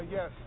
Yes